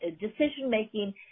decision-making –